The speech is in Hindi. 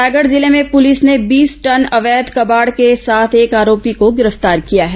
रायगढ़ जिले में पुलिस ने बीस टन अवैध कबाड़ के साथ एक आरोपी को गिरफ्तार किया है